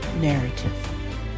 narrative